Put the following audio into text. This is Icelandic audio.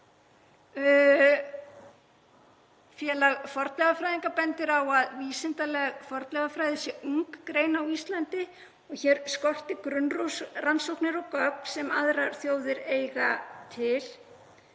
Félag fornleifafræðinga bendir á að vísindaleg fornleifafræði sé ung grein á Íslandi og hér skorti grunnrannsóknir og gögn sem aðrar þjóðir eiga til.